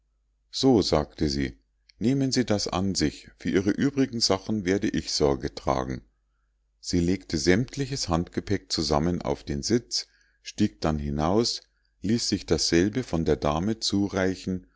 so sagte sie nehmen sie das an sich für ihre übrigen sachen werde ich sorge tragen sie legte sämtliches handgepäck zusammen auf den sitz stieg dann hinaus ließ sich dasselbe von der dame zureichen